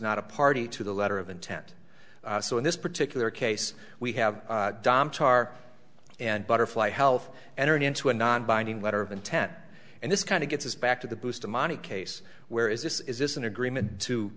not a party to the letter of intent so in this particular case we have dom tar and butterfly health entered into a non binding letter of intent and this kind of gets us back to the bustamante case where is this is this an agreement to